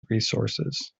resources